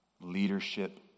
leadership